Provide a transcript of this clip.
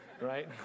right